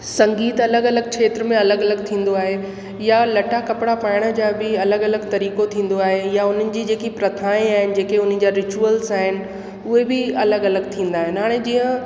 संगीत अलॻि अलॻि खेत्र में अलॻि अलॻि थींदो आहे या लटा कपिड़ा पाइण जा बि अलॻि अलॻि तरीक़ो थींदो आहे या उन्हनि जी जेकी प्रथाए आहिनि जेके उन्हनि जा रिचूअल्स आहिनि उहे बि अलॻि अलॻि थींदा आहिनि हाणे जीअं